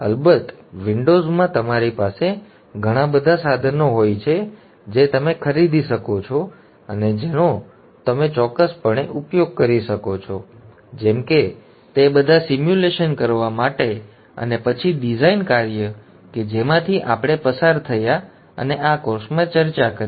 અલબત્ત વિન્ડોઝ માં તમારી પાસે ઘણાં બધાં સાધનો હોય છે જે તમે ખરીદી શકો છો અને જેનો તમે ચોક્કસપણે ઉપયોગ કરી શકો છો જેમ કે તે બધા સિમ્યુલેશન કરવા માટે અને પછી ડિઝાઇન કાર્ય કે જેમાંથી અમે પસાર થયા અને આ કોર્સમાં ચર્ચા કરી